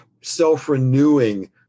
self-renewing